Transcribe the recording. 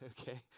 okay